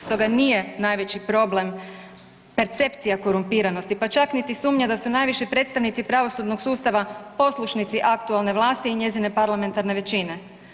Stoga nije najveći problem percepcija korumpiranosti pa čak niti sumnja da su najviši predstavnici pravosudnog sustava poslušnici aktualne vlasti i njezine parlamentarne većine.